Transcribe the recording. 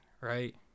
right